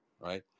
right